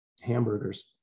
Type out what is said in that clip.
hamburgers